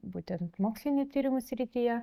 būtent mokslinių tyrimų srityje